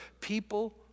people